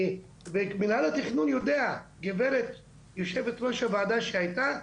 מינהל התכנון יודע, גברת יושבת ראש הוועדה שהייתה,